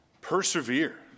persevere